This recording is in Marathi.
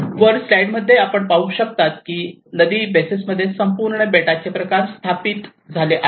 वर स्लाईड मध्ये आपण पाहू शकता की नदी बेसेसमध्ये संपूर्ण बेटाचे प्रकार स्थापित झाले आहेत